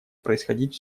происходить